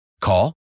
Call